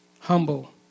humble